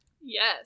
Yes